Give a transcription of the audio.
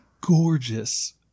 gorgeous